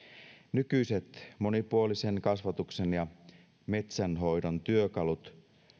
nykyiset monipuolisen kasvatuksen ja metsänhoidon työkalut